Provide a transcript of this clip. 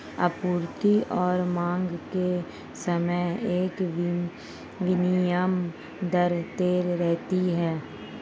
आपूर्ति और मांग के समय एक विनिमय दर तैर रही है